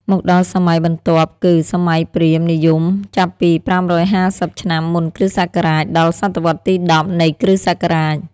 មកដល់សម័យបន្ទាប់គឺ សម័យព្រាហ្មណ៍និយមចាប់ពី ៥៥០ ឆ្នាំមុនគ.ស. ដល់ សតវត្សរ៍ទី ១០ នៃគ.ស.។